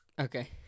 Okay